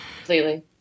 completely